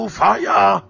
fire